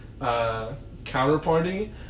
counterparty